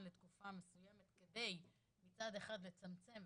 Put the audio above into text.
לתקופה מסוימת כדי לצמצם מצד אחד,